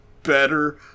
better